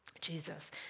Jesus